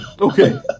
Okay